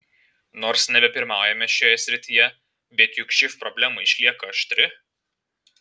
nors nebepirmaujame šioje srityje bet juk živ problema išlieka aštri